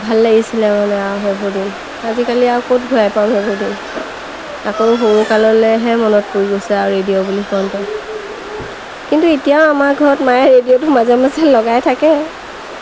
ভাল লাগিছিলে মানে আৰু সেইবোৰ দিন আজিকালি আৰু ক'ত ঘূৰাই পাম সেইবোৰ দিন আকৌ সৰুকাললৈহে মনত পৰি গৈছে আৰু ৰেডিঅ' বুলি কওঁতে কিন্তু এতিয়াও আমাৰ ঘৰত মায়ে ৰেডিঅ'টো মাজে মাজে লগাই থাকে